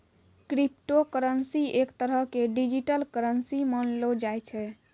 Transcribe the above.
crypto currency एक तरह के डिजिटल करन्सी मानलो जाय छै